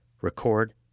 record